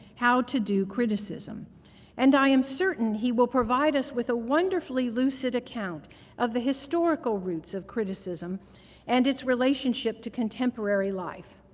how to do criticism and i am certain he will provide us with a wonderfully lucid account of the historical roots of criticism and its relationship to contemporary life.